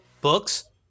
books